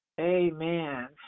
Amen